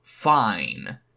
fine